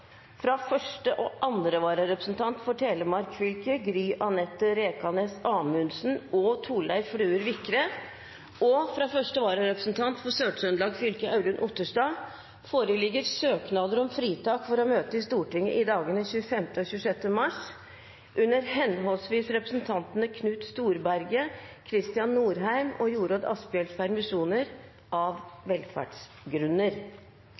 fra første og andre vararepresentant for Telemark fylke, Gry-Anette Rekanes Amundsen og Thorleif Fluer Vikre, og fra første vararepresentant for Sør-Trøndelag fylke, Audun Otterstad, foreligger søknader om fritak for å møte i Stortinget i dagene 25. og 26. mars under henholdsvis representantene Knut Storberget, Kristian Norheim og Jorodd Asphjells permisjoner, av velferdsgrunner.